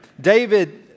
David